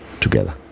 together